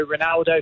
Ronaldo